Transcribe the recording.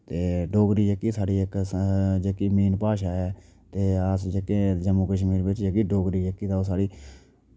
ते डोगरी जेह्की साढ़ी इक जेह्की मेन भाशा ऐ ते अस जेह्के जम्मू कश्मीर बिच जेह्की डोगरी जेह्की ते ओह् साढ़ी